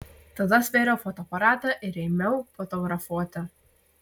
tada stvėriau fotoaparatą ir ėmiau fotografuoti